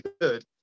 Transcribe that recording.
good